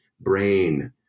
brain